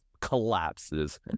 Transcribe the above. collapses